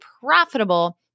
profitable